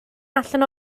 allan